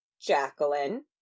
Jacqueline